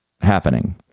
happening